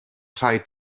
rhaid